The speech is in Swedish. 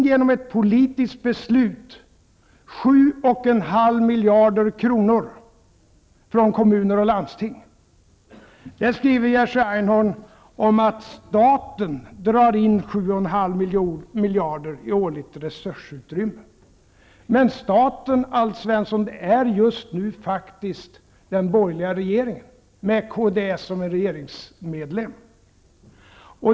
Genom ett politiskt beslut drar ni in 7,5 miljarder kronor från kommuner och landsting. Jerzy Einhorn skriver att staten drar in 7,5 miljarder kronor i årligt resursutrymme. Men staten, Alf Svensson, är just nu faktiskt den borgerliga regeringen med Kds som en regeringsmedlem.